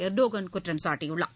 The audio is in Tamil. எர்டோகன் குற்றம் சாட்டியுள்ளார்